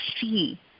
see